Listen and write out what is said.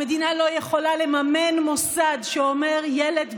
המדינה לא יכולה לממן מוסד שאומר: ילד,